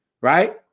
right